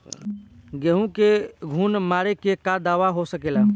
गेहूँ में घुन मारे के का दवा हो सकेला?